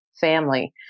family